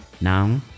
Now